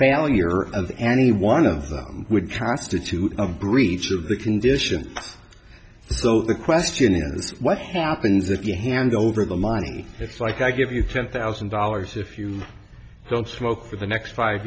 or of any one of them would cross due to a breach of the condition so the question is what happens if you hand over the money it's like i give you ten thousand dollars if you don't smoke for the next five